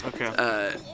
Okay